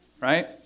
right